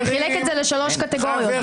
הוא חילק את זה לשלוש קטגוריות.